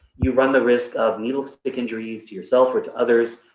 you run the risk of needlestick injuries to yourself or to others.